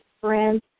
friends